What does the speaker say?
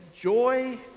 joy